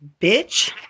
bitch